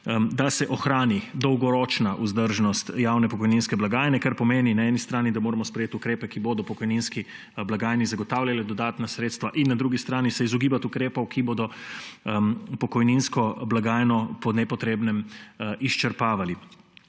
da se ohrani dolgoročna vzdržnost javne pokojninske blagajne, kar pomeni na eni strani, da moramo sprejeti ukrepe, ki bodo pokojninski blagajni zagotavljale dodatna sredstva, in na drugi strani se izogibati ukrepov, ki bodo pokojninsko blagajno po nepotrebnem izčrpavali.